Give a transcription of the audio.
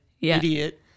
idiot